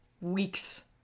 Weeks